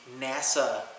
NASA